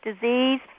disease